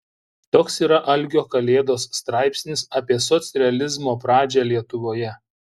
toks yra algio kalėdos straipsnis apie socrealizmo pradžią lietuvoje